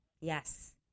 yes